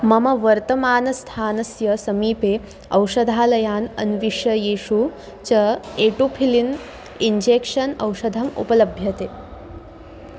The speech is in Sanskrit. मम वर्तमानस्थानस्य समीपे औषधालयान् अन्विष येषु च एटुफिलिन् इञ्जेक्षन् औषधम् उपलभ्यते